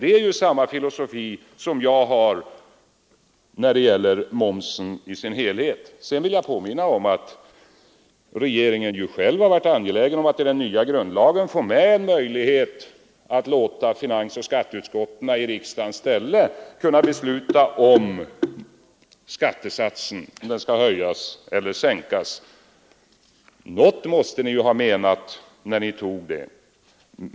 Det är samma filosofi som jag har när det gäller momsen i dess helhet. Jag vill också påminna om att regeringen själv varit angelägen om att i den nya grundlagen få med en möjlighet att låta finansoch skatteutskotten i riksdagens ställe besluta om skattesatsen skall höjas eller sänkas. Något måste ni ha menat med detta.